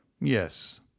Yes